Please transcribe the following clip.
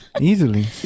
Easily